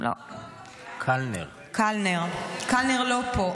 קלנר לא פה,